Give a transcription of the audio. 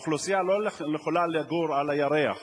האוכלוסייה לא יכולה לגור על הירח.